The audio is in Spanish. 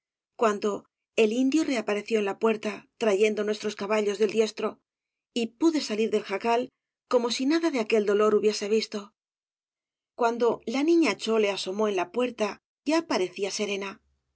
cuando el indio reapareció en la puerta trayendo nuestros caballos del diestro y pude salir del jacal como si nada de aquel dolor hubiese visto cuando la niña chole asomó en la puerta ya parecía serena